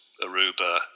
Aruba